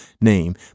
name